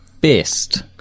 best